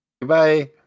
Goodbye